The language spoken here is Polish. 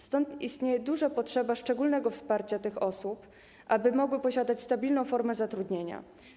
Stąd istnieje duża potrzeba szczególnego wsparcia tych osób, aby mogły posiadać stabilną formę zatrudnienia.